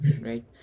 Right